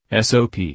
SOP